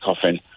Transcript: coffin